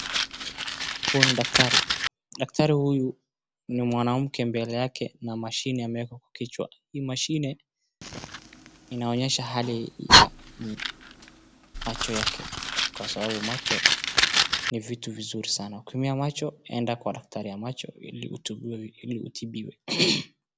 Huyu ni daktari. Daktari huyu, ni mwanamke mbele yake na mashine ameekwa kwa kichwa. Hii mashine inaonyesha hali ya macho yake, kwa sababu macho, ni vitu vizuri sana. Ukiumwa macho, enda kwa daktari wa macho ili utibiwe.